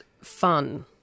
fun